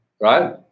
Right